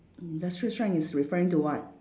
industrial strength is referring to what